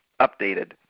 updated